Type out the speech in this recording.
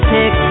Pick